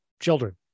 children